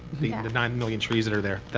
the kind of nine million trees that are there.